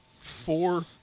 four